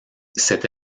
cette